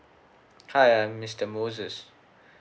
hi I'm mister moses